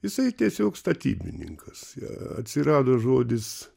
jisai tiesiog statybininkas atsirado žodis